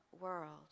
world